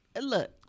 Look